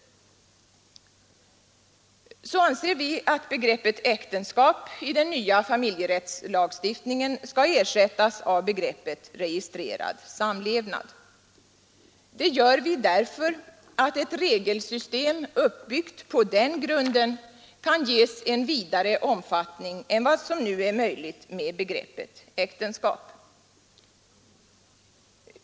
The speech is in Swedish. Så t.ex. anser vi att begreppet äktenskap i den nya familjerättslagstiftningen skall ersättas av begreppet registrerad samlevnad. Det gör vi därför att ett regelsystem uppbyggt på den grunden kan ges en vidare omfattning än vad som nu är möjligt med begreppet äktenskap.